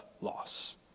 loss